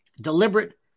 deliberate